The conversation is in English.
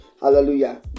Hallelujah